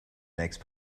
next